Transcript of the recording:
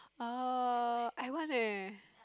oh I want eh